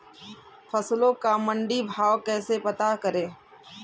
फसलों का मंडी भाव कैसे पता करें?